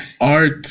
art